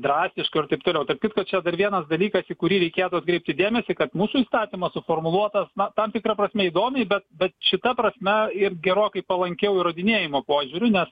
drastiško ir taip toliau tarp kitko čia dar vienas dalykas į kurį reikėtų atkreipti dėmesį kad mūsų įstatymas suformuluotas tam tikra prasme įdomiai bet bet šita prasme ir gerokai palankiau įrodinėjimo požiūriu nes